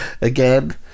again